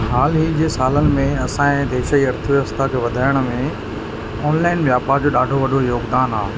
हालु ई जे सालनि में असांजे देश जी अर्थव्यवस्था खे वधाइण में ऑनलाइन वापार जो ॾाढो वॾो योगदानु आहे